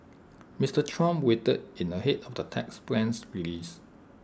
Mister Trump weighed in ahead of the tax plan's release